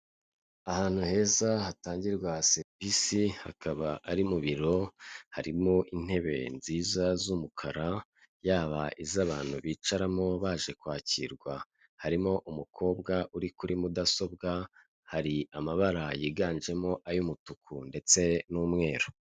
Ahantu heza hatangirwa serivisi hakaba ari mu biro, harimo intebe nziza z'umukara yaba iz'abantu bicaramo baje kwakirwa, harimo umukobwa uri kuri mudasobwa, hari amabara yiganjemo ay'umutuku ndetse n'umweru.